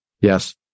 Yes